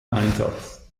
einsatz